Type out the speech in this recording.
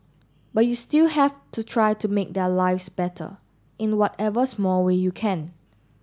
but you still have to try to make their lives better in whatever small way you can